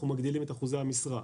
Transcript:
אנחנו מגדילים את אחוזי המשרה.